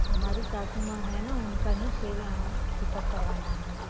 हमारी सासु माँ हैं ना उनका ही चेक चेक अप करवाना है